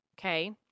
Okay